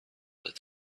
that